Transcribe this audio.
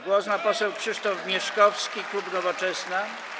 Głos ma poseł Krzysztof Mieszkowski, klub Nowoczesna.